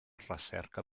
recerca